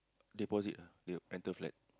deposit ah the uh rental flat